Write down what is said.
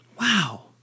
Wow